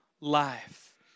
life